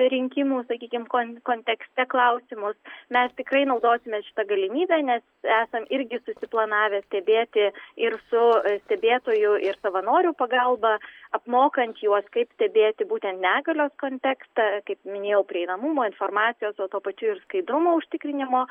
rinkimų sakykim kon kontekste klausimus mes tikrai naudosimės šita galimybe nes esam irgi susiplanavę stebėti ir su stebėtojų ir savanorių pagalba apmokant juos kaip stebėti būtent negalios kontekstą kaip minėjau prieinamumo informacijos o tuo pačiu ir skaidrumo užtikrinimo